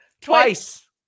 Twice